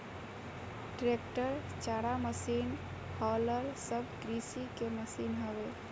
tractor, चारा machine, हालर सब कृषि के मशीन हवे